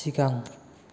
सिगां